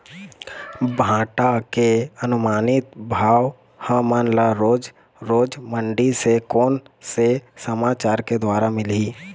भांटा के अनुमानित भाव हमन ला रोज रोज मंडी से कोन से समाचार के द्वारा मिलही?